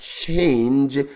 change